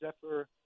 Zephyr